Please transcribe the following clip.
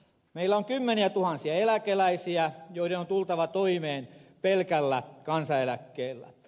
meillä on kymmeniätuhansia eläkeläisiä joiden on tultava toimeen pelkällä kansaneläkkeellä